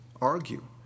argue